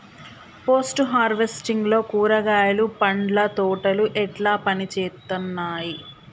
Post harvesting లో కూరగాయలు పండ్ల తోటలు ఎట్లా పనిచేత్తనయ్?